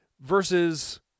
versus